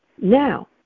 Now